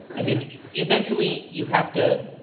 i mean eventually you have to,